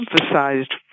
emphasized